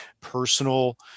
personal